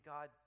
God